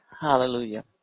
Hallelujah